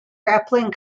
grappling